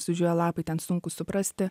sudžiūvę lapai ten sunku suprasti